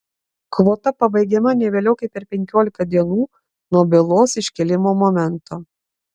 kvota pabaigiama ne vėliau kaip per penkiolika dienų nuo bylos iškėlimo momento